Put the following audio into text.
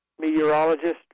meteorologist